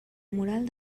mural